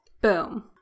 Boom